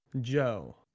Joe